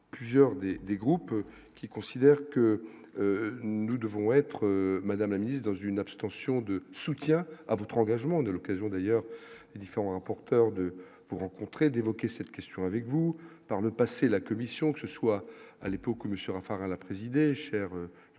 plusieurs des des groupes qui considère que nous devons être madame la ministre, dans une abstention de soutien à votre engagement de l'occasion d'ailleurs différents porteurs de vous rencontrer d'évoquer cette question avec vous par le passé, la commission, que ce soit à l'époque où Monsieur Raffarin la présidé cher est